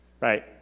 right